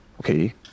okay